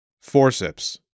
Forceps